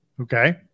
Okay